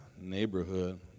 neighborhood